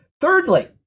Thirdly